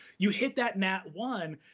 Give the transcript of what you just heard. you hit that nat one.